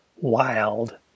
Wild